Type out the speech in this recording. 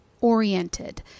oriented